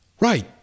right